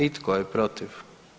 I tko je protiv?